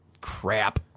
Crap